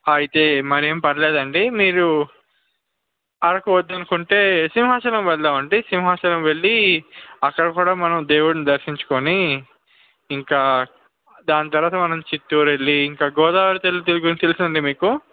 అయితే మరి ఏమీ పర్వాలేదు అండి మీరు అరకు వద్దు అనుకుంటే సింహాచలం వెళదాము అండి సింహాచలం వెళ్ళి అక్కడ కూడా మనం దేవుడిని దర్శించుకుని ఇంకా దాని తరువాత మనం చిత్తూరు వెళ్ళి ఇంకా గోదావరి తల్లి తెల్ గురించి తెలుసా అండి మీకు